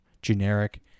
Generic